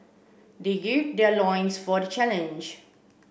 they gird their loins for the challenge